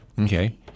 Okay